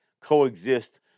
coexist